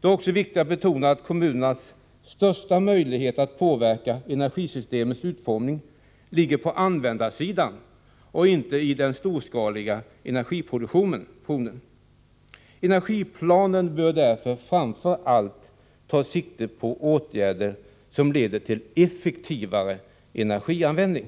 Det är också viktigt att betona att kommunernas största möjligheter att påverka energisystemets utformning ligger på användarsidan och inte i den storskaliga energiproduktionen. Energiplanen bör därför framför allt ta sikte på åtgärder som leder till effektivare energianvändning.